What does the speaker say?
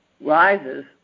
rises